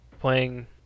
playing